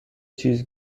چیز